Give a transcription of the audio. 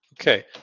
Okay